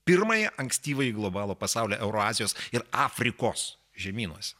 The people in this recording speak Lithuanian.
pirmąjį ankstyvąjį globalų pasaulį eurazijos ir afrikos žemynuose